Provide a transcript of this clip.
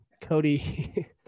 Cody